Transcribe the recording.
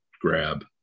grab